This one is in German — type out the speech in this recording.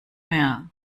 mehr